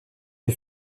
des